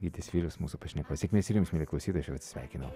gytis vilius mūsų pašnekovas sėkmės ir jums mieli klausytojai aš jau atsisveikinu